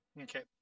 Okay